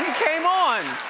came on.